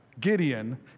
Gideon